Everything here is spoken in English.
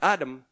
Adam